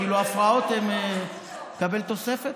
כאילו, ההפרעות, נקבל תוספת?